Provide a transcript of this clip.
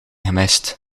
gemist